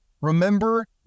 Remember